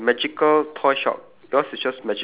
the magical uh